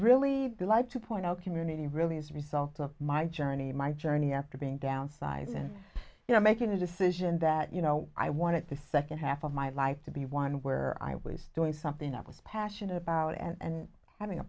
really like to point out community really as a result of my journey my journey after being downsized and you know making a decision that you know i wanted the second half of my life to be one where i was doing something i was passionate about and having a